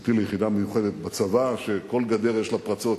בכניסתי ליחידה מיוחדת בצבא, שכל גדר יש לה פרצות.